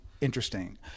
interesting